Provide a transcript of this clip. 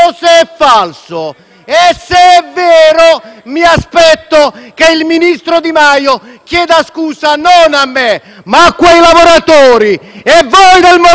vero o falso. Se è vero, mi aspetto che il ministro Di Maio chieda scusa non a me, ma a quei lavoratori, e che voi del MoVimento